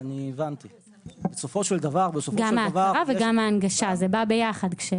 תרגומם:( גם ההכרה וגם ההנגשה, זה בא ביחד.